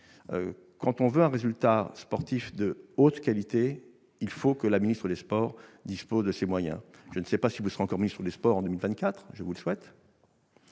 Quand on veut un résultat sportif de haute qualité, il faut que la ministre des sports dispose de moyens suffisants ! Je ne sais pas si vous serez encore ministre des sports en 2024. Je vous le souhaite,